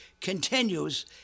continues